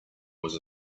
was